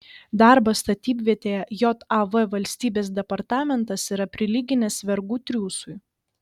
darbą statybvietėje jav valstybės departamentas yra prilyginęs vergų triūsui